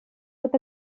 tot